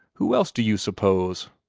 who else did you suppose?